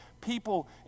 people